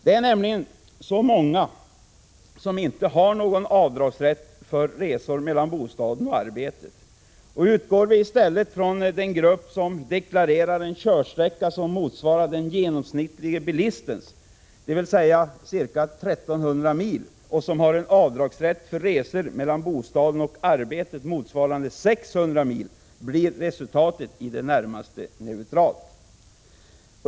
Det är nämligen så många som inte har någon rätt till avdrag för resor mellan bostaden och arbetet. Utgår vi i stället från den grupp som deklarerar en körsträcka som motsvarar den genomsnittlige bilistens, dvs. ca 1 300 mil, och som har en avdragsrätt för resor mellan bostaden och arbetet motsvarande 600 mil blir resultatet i det närmaste neutralt.